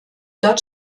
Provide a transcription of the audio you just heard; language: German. dort